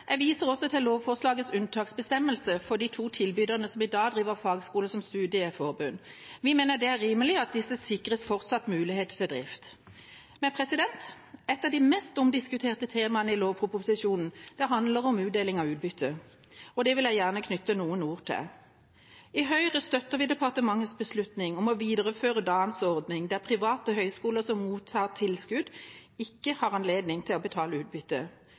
Jeg viser også til lovforslagets unntaksbestemmelser for de to tilbyderne som i dag driver fagskole som studieforbund. Vi mener det er rimelig at disse sikres fortsatt mulighet til drift. Et av de mest omdiskuterte temaene i lovproposisjonen handler om utdeling av utbytte, og det vil jeg gjerne knytte noen ord til. I Høyre støtter vi departementets beslutning om å videreføre dagens ordning, der private høyskoler som mottar tilskudd, ikke har anledning til å betale utbytte.